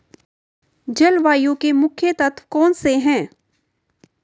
जलवायु के मुख्य तत्व कौनसे हैं?